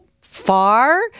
far